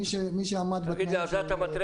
מי שעמד בנוהל התמיכה,